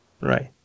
Right